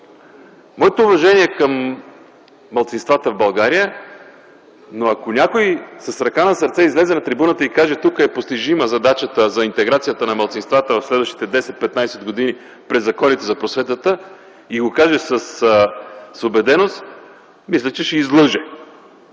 Моите уважения към малцинствата в България, но ако някой с ръка на сърцето излезе на трибуната и каже, че е постижима задачата за интеграцията на малцинствата в България през следващите 10-15 години през законите за просветата и го каже с убеденост, мисля, че ще излъже.